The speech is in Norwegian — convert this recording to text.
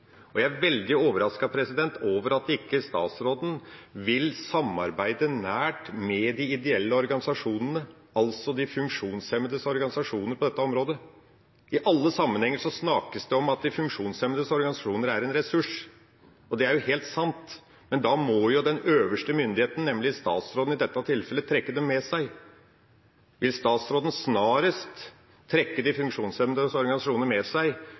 Jeg er veldig overrasket over at ikke statsråden vil samarbeide nært med de ideelle organisasjonene, altså de funksjonshemmedes organisasjoner, på dette området. I alle sammenhenger snakkes det om at de funksjonshemmedes organisasjoner er en ressurs, og det er helt sant, men da må den øverste myndigheten, nemlig statsråden i dette tilfellet, trekke dem med seg. Vil statsråden snarest trekke de funksjonshemmedes organisasjoner med seg,